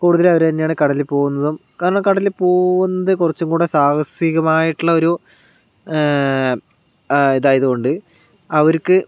കൂടുതല് അവര് തന്നെയാണ് കടലിൽ പോകുന്നതും കാരണം കടലിൽ പോവുന്നത് കുറച്ചും കൂടെ സാഹസികമായിട്ടുള്ള ഒരു ഇതായത് കൊണ്ട് അവർക്ക്